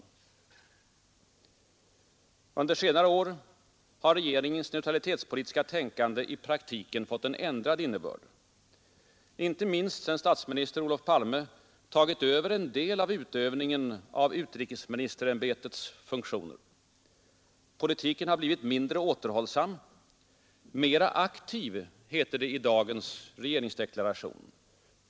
Under senare år har regeringens neutralitetspolitiska tänkande i praktiken fått en ändrad innebörd, inte minst sedan statsminister Olof Palme tagit över en del av utövningen av utrikesministerämbetets funktioner. Politiken har blivit mindre återhållsam — mer ”aktiv”, heter det i dagens regeringsdeklaration.